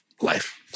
life